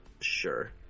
sure